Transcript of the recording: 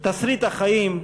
תסריט החיים,